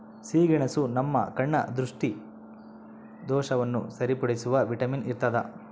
ಸಿಹಿಗೆಣಸು ನಮ್ಮ ಕಣ್ಣ ದೃಷ್ಟಿದೋಷವನ್ನು ಸರಿಪಡಿಸುವ ವಿಟಮಿನ್ ಇರ್ತಾದ